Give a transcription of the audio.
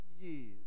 years